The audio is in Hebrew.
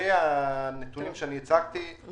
לגבי הנתונים שהצגתי,